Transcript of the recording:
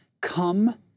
come